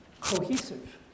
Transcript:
cohesive